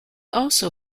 also